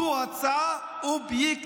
זו הצעה אובייקטיבית.